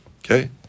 Okay